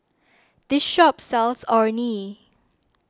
this shop sells Orh Nee